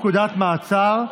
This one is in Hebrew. פקודת מעצר),